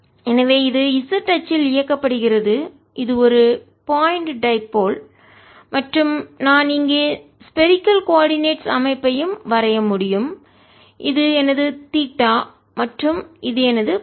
எனவே இது z அச்சில் இயக்கப்படுகிறது இது ஒரு பாயிண்ட் டைபோல் மற்றும் நான் இங்கே ஸ்பெரிகல் கோஆர்டினேட்ஸ் அமைப்பையும் வரைய முடியும் இது எனது தீட்டா மற்றும் இது எனது பை